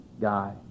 guy